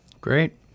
Great